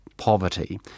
Poverty